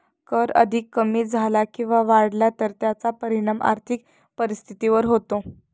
कर अधिक कमी झाला किंवा वाढला तर त्याचा परिणाम आर्थिक परिस्थितीवर होतो